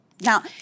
Now